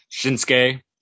Shinsuke